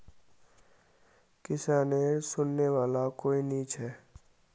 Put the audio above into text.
किसानेर सुनने वाला कोई नी छ